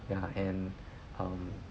ya and um